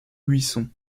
buisson